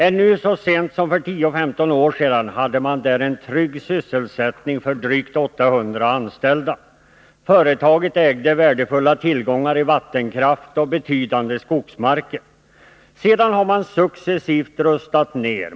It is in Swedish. Ännu så sent som för 10-15 år sedan hade man där en trygg sysselsättning för drygt 800 anställda. Företaget ägde värdefulla tillgångar i vattenkraft och betydande skogsmarker. Sedan har man successivt rustat ned.